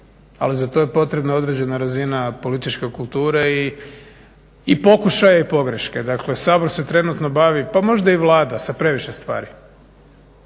ali za to je potrebna određena razina političke kulture i pokušaja i pogreške. Dakle Sabor se trenutno bavi pa možda i Vlada sa previše stvari.